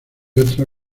otra